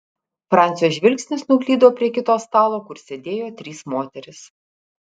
francio žvilgsnis nuklydo prie kito stalo kur sėdėjo trys moterys